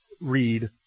read